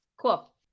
Cool